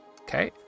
Okay